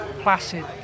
Placid